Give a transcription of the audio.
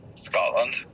Scotland